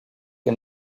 que